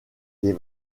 des